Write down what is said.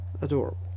Adorable